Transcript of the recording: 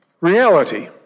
reality